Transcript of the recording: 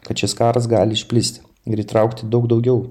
kad šis karas gali išplisti ir įtraukti daug daugiau